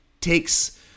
takes